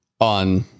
on